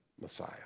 Messiah